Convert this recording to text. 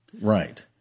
Right